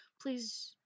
Please